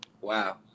Wow